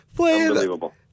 Unbelievable